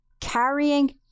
carrying